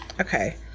Okay